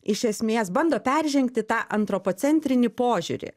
iš esmės bando peržengti tą antropocentrinį požiūrį